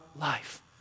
life